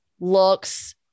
looks